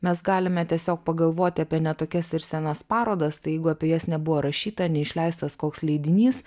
mes galime tiesiog pagalvoti apie ne tokias ir senas parodas tai jeigu apie jas nebuvo rašyta neišleistas koks leidinys